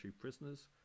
prisoners